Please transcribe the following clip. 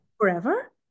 forever